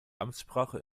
amtssprache